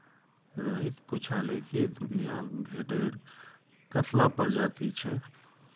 रोहित पूछाले कि दुनियात भेडेर कत्ला प्रजाति छे